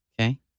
Okay